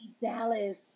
Dallas